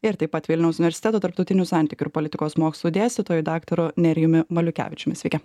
ir taip pat vilniaus universiteto tarptautinių santykių ir politikos mokslų dėstytoju daktaru nerijumi maliukevičiumi sveiki